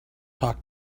talk